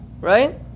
right